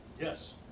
Yes